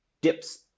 dips